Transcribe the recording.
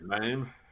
name